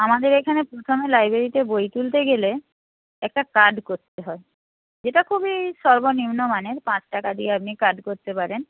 আমাদের এখানে প্রথমে লাইব্রেরিতে বই তুলতে গেলে একটা কার্ড করতে হয় যেটা খুবই সর্বনিম্ন মানের পাঁচ টাকা দিয়ে আপনি কার্ড করতে পারেন